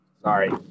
Sorry